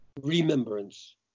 remembrance